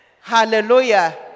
Hallelujah